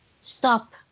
stop